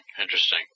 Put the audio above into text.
interesting